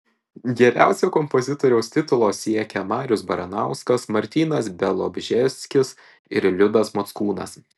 geriausio kompozitoriaus titulo siekia marius baranauskas martynas bialobžeskis ir liudas mockūnas